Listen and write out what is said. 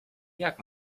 jak